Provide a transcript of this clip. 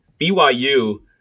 BYU